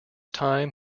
time